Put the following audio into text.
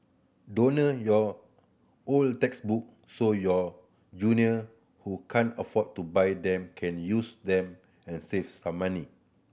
your old textbook so your junior who can't afford to buy them can use them and save some money